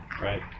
Right